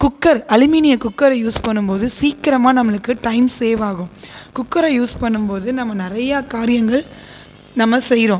cooker அலுமினிய cooker use பண்ணும்போது சீக்கிரமாக நம்மளுக்கு டைம் சேவ்வாகும் குக்கரை யூஸ் பண்ணும்போது நம்ம நிறைய காரியங்கள் நம்ம செய்கிறோம்